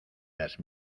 las